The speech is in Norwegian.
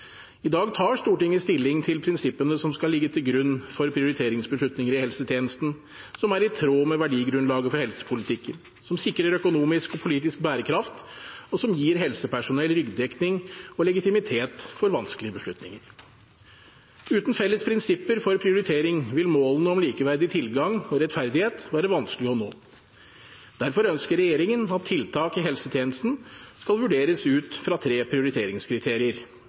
I dag tar Stortinget stilling til prinsippene som skal ligge til grunn for prioriteringsbeslutninger i helsetjenesten, som er i tråd med verdigrunnlaget for helsepolitikken, som sikrer økonomisk og politisk bærekraft, og som gir helsepersonell ryggdekning og legitimitet for vanskelige beslutninger. Uten felles prinsipper for prioritering vil målene om likeverdig tilgang og rettferdighet være vanskelig å nå. Derfor ønsker regjeringen at tiltak i helsetjenesten skal vurderes ut fra tre prioriteringskriterier: